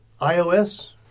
iOS